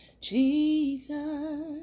Jesus